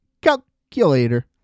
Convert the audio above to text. Calculator